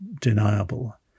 deniable